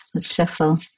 shuffle